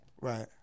Right